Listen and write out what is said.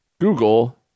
Google